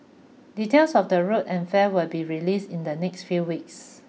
details of the route and fare will be release in the next few weeks